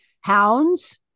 Hounds